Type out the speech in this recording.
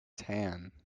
tan